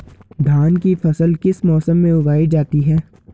धान की फसल किस मौसम में उगाई जाती है?